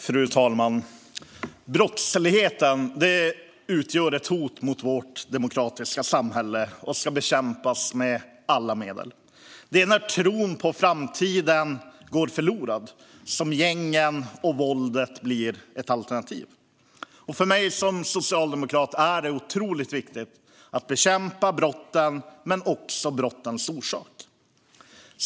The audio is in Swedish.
Fru talman! Brottsligheten utgör ett hot mot vårt demokratiska samhälle och ska bekämpas med alla medel. Det är när tron på framtiden går förlorad som gängen och våldet blir ett alternativ. För mig som socialdemokrat är det otroligt viktigt att bekämpa brotten men också brottens orsaker.